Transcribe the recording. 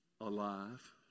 Alive